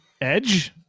Edge